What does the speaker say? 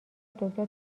دکتر